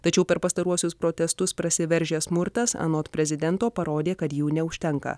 tačiau per pastaruosius protestus prasiveržė smurtas anot prezidento parodė kad jų neužtenka